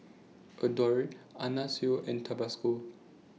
Adore Anna Sui and Tabasco